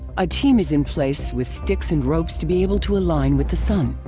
a team is in place with sticks and ropes to be able to align with the sun.